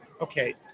okay